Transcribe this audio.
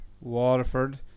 Waterford